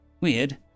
Weird